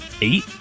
Eight